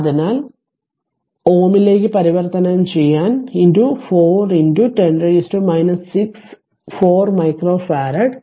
അതിനാൽ Ω ലേക്ക് പരിവർത്തനം ചെയ്യാൻ 4 10 6 4 മൈക്രോ ഫറാഡ്